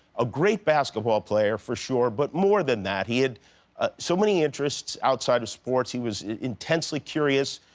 a great basketball player for sure, but more than that, he had so many interests outside of sports. he was intensely curious.